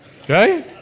Okay